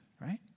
right